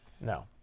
No